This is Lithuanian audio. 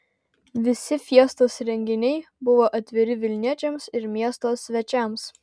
visi fiestos renginiai buvo atviri vilniečiams ir miesto svečiams